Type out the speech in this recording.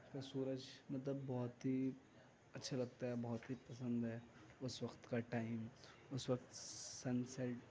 کا سورج مطلب بہت ہی اچھّا لگتا ہے بہت ہی پسند ہے اس وقت کا ٹائم اس وقت سن سیٹ